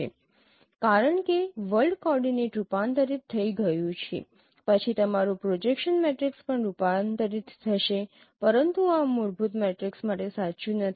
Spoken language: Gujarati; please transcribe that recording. કારણ કે વર્લ્ડ કોઓર્ડિનેટ રૂપાંતરિત થઈ ગયું છે પછી તમારું પ્રોજેક્શન મેટ્રિક્સ પણ રૂપાંતરિત થશે પરંતુ આ મૂળભૂત મેટ્રિક્સ માટે સાચું નથી